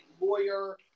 lawyer